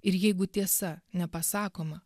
ir jeigu tiesa nepasakoma